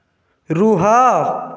ରୁହ